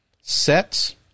sets